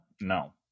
No